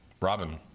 Robin